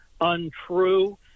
untrue